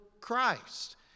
Christ